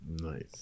Nice